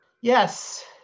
Yes